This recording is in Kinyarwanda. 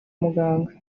muganga